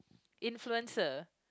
influencer